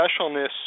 specialness